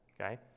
okay